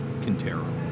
Quintero